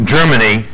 Germany